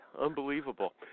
Unbelievable